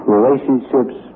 Relationships